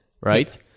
Right